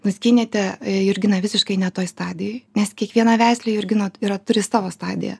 nuskynėte jurginą visiškai ne toj stadijoj nes kiekviena veislė jurgino yra turi savo stadiją